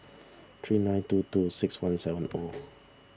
three nine two two six one seven O